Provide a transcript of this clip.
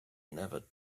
never